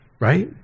right